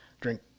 drink